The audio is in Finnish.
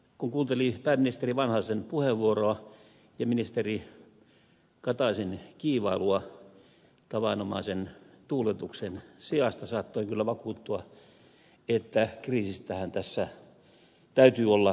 kun kuunteli pääministeri vanhasen puheenvuoroa ja ministeri kataisen kiivailua tavanomaisen tuuletuksen sijasta saattoi kyllä vakuuttua että kriisistähän tässä täytyy olla kysymys